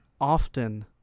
often